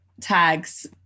tags